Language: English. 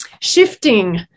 shifting